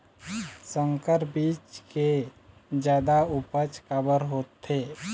संकर बीज के जादा उपज काबर होथे?